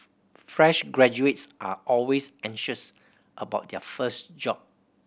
fresh graduates are always anxious about their first job